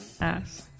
ass